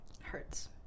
Hurts